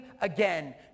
again